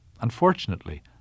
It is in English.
Unfortunately